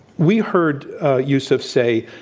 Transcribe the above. we heard yousef say,